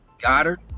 Goddard